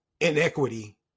inequity